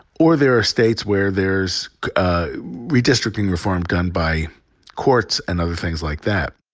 or there are states where there's a redistricting reform done by courts and other things like that.